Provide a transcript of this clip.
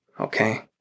okay